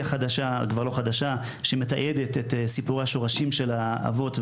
חדשה כבר לא חדשה שמתעדת את סיפור השורשים של האבות,